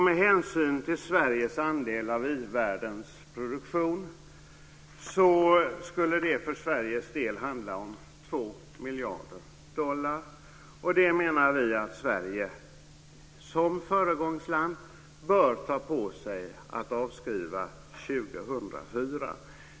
Med hänsyn till Sveriges andel av i-världens produktion skulle det för Sveriges del handla om 2 miljarder dollar. Det menar vi att Sverige som föregångsland bör ta på sig att avskriva 2004.